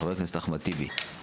של ח"כ אימאן ח'טיב יאסין.